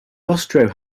austro